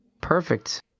perfect